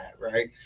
right